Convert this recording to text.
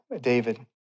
David